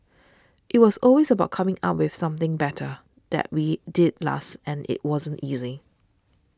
it was always about coming up with something better that we did last and it wasn't easy